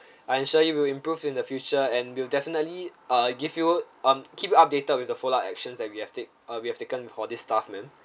I assure you we'll improve in the future and we'll definitely uh give you um keep you updated with the follow up actions that we have take uh we have taken for this staff ma'am